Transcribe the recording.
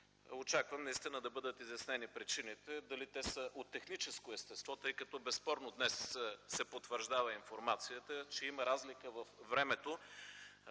Очаквам наистина да бъдат изяснени причините – дали те са от техническо естество, тъй като безспорно днес се потвърждава информацията, че има разлика във времето,